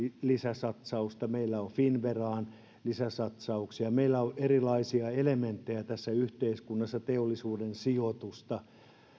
lisäsatsausta meillä on finnveraan lisäsatsauksia meillä on erilaisia elementtejä tässä yhteiskunnassa teollisuussijoitusta